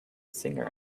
singer